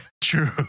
True